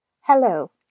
Hello